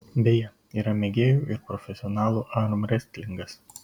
beje yra mėgėjų ir profesionalų armrestlingas